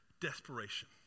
desperation